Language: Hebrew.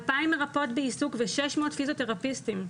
אלפיים מרפאים בעיסוק ושש מאות פיזיותרפיסטים.